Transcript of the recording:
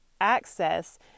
access